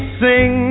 sing